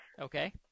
Okay